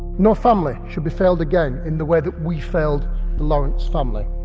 no family should be failed again in the way that we failed lawrence family.